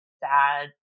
bad